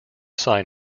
sign